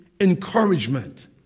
encouragement